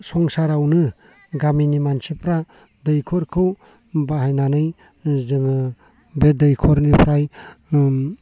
संसारावनो गामिनि मानसिफोरा दैखरखौ बाहायनानै जोङो बे दैखरनिफ्राय